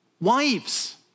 Wives